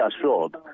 assured